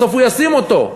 בסוף הוא ישים אותו,